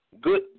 good